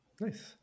Nice